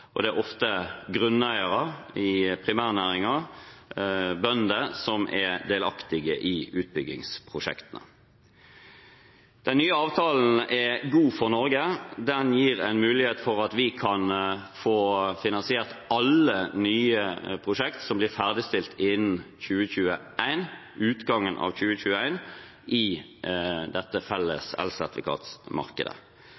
og det er ofte grunneiere i primærnæringen, bønder, som er delaktige i utbyggingsprosjektene. Den nye avtalen er god for Norge. Den gir en mulighet for at vi kan få finansiert alle nye prosjekter som blir ferdigstilt innen utgangen av 2021, i dette